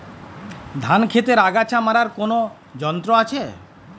ধান ক্ষেতের আগাছা মারার কোন যন্ত্র আছে?